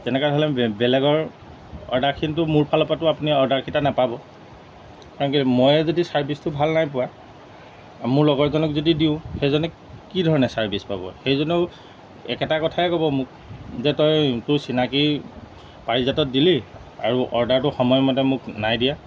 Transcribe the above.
তেনেকৈ হ'লে বেলেগৰ অৰ্ডাৰখিনটো মোৰ ফালৰ পৰাটো আপুনি অৰ্ডাৰকেইটা নাপাব কাৰণ ময়ে যদি চাৰ্ভিছটো ভাল নাই পোৱা মোৰ লগৰজনক যদি দিওঁ সেইজনে কি ধৰণে ছাৰ্ভিচ পাব সেইজনেও একেটা কথাই ক'ব মোক যে তই তোৰ চিনাকি পাৰিজাতত দিলি আৰু অৰ্ডাৰটো সময়মতে মোক নাই দিয়া